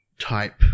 type